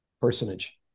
personage